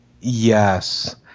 Yes